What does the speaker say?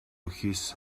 his